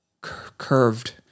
curved